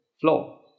floor